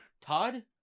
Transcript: Todd